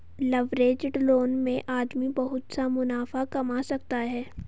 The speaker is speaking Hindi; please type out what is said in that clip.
लवरेज्ड लोन में आदमी बहुत सा मुनाफा कमा सकता है